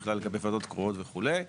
וועדות קרואות וכולה.